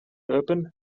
urban